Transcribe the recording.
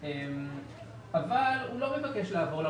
אבל הוא לא מבקש לעבור.